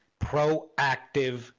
proactive